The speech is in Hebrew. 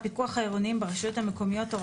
בוקר טוב לכולם.